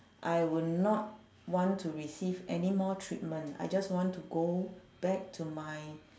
I would not want to receive any more treatment I just want to go back to my